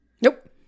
Nope